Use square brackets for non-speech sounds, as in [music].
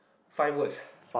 five words [breath]